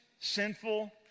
sinful